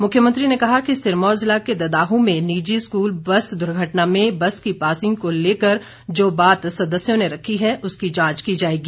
मुख्यमंत्री ने कहा कि सिरमौर जिला के ददाहू में निजी स्कूल बस दुर्घटना में बस की पासिंग को लेकर जो बात सदस्यों ने रखी है उसकी जांच की जाएगी